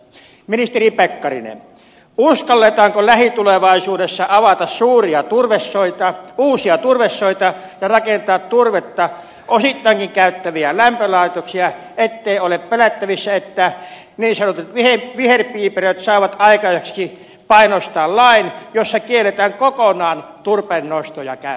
ministeri pekkarinen uskalletaanko lähitulevaisuudessa avata uusia turvesoita ja rakentaa turvetta osittainkin käyttäviä lämpölaitoksia ettei ole pelättävissä että niin sanotut viherpiiperöt saavat aikaiseksi painostaa lain jossa kielletään kokonaan turpeen nosto ja käyttö